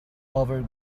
over